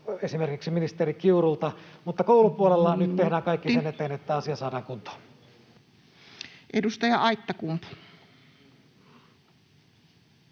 esimerkiksi ministeri Kiurulta, [Puhemies: Minuutti!] mutta koulupuolella nyt tehdään kaikki tämän eteen, että asia saadaan kuntoon. Edustaja Aittakumpu.